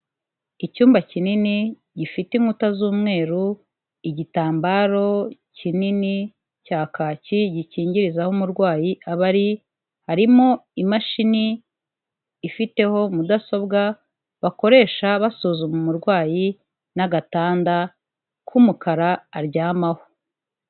Icyumba kinini gifite inkuta z'umweru, igitambaro kinini cya kaki gikingiriza aho umurwayi aba ari, harimo imashini ifiteho mudasobwa bakoresha basuzuma umurwayi n'agatanda k'umukara aryamaho.